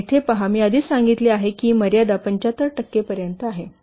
येथे पहा मी आधीच सांगितले आहे की ही मर्यादा 75 टक्के पर्यंत आहे